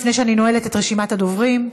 לפני שאני נועלת את רשימת הדוברים.